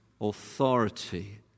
authority